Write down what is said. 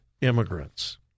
immigrants